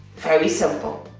very simple.